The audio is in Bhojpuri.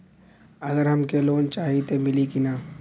अगर हमके लोन चाही त मिली की ना?